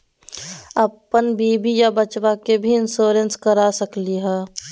अपन बीबी आ बच्चा के भी इंसोरेंसबा करा सकली हय?